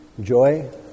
joy